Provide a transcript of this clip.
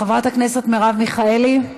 חברת הכנסת מרב מיכאלי.